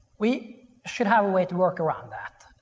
we should have a way to work around that,